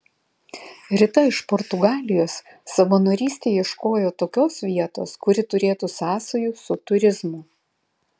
rita iš portugalijos savanorystei ieškojo tokios vietos kuri turėtų sąsajų su turizmu